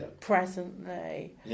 presently